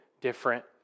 different